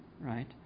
right